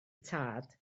tad